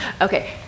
Okay